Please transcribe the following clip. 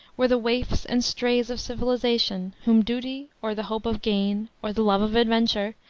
were the waifs and strays of civilization, whom duty, or the hope of gain, or the love of adventure,